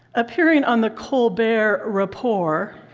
appearing on the colbert report.